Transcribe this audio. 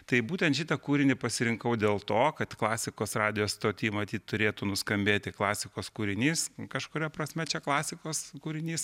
tai būtent šitą kūrinį pasirinkau dėl to kad klasikos radijo stoty matyt turėtų nuskambėti klasikos kūrinys kažkuria prasme čia klasikos kūrinys